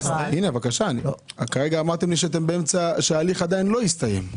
כרגע אמרתם לי שההליך עדיין לא הסתיים.